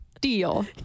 deal